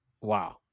Wow